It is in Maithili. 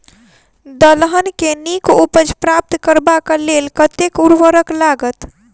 दलहन केँ नीक उपज प्राप्त करबाक लेल कतेक उर्वरक लागत?